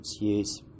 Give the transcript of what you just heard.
use